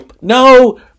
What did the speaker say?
no